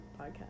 podcast